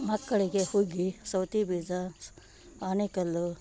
ಮಕ್ಕಳಿಗೆ ಹುಗ್ಗಿ ಸೌತೆಬೀಜ ಆನೆಕಲ್ಲು